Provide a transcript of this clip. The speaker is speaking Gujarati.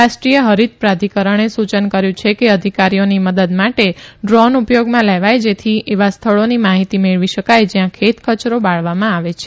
રાષ્ટ્રીય ફરીત પ્રાધિકરણે સુચન કર્યુ છે કે અધિકારીઓની મદદ માટે ડ્રોન ઉપયોગમાં લેવાય જેથી એવા સ્થળોની માહિતી મેળવી શકાય જયાં ખેત કચરો બાળવામાં આવે છે